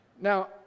Now